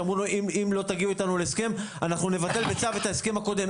אמרו לו: אם לא תגיעו אתנו להסכם אנחנו נבטל בצו את ההסכם הקודם.